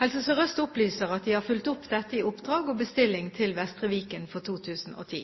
Helse Sør-Øst opplyser at de har fulgt opp dette i oppdrag og bestilling til Vestre Viken for 2010.